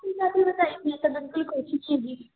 ਕੋਸ਼ਿਸ਼ ਹੈਗੀ